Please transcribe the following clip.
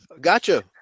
Gotcha